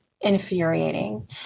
infuriating